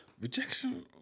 Rejection